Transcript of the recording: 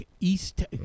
East